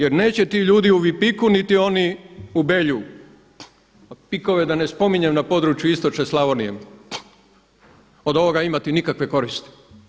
Jer neće ti ljudi u Lipiku niti oni u Belju a PIK-ove da ne spominjem na području Istočne Slavonije od ovoga imati nikakve koristi.